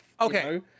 Okay